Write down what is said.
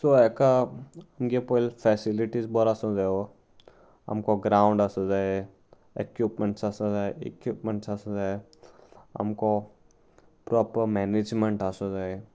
so हाका आमगे पयलीं फेसिलिटीज बरो आसूं जायो आमको ग्रावंड आसू जाय एक्विपमेंट्स आसूं जाय इक्विपमेंट्स आसूं जाय आमको प्रोपर मॅनेजमेंट आसूं जाय